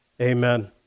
amen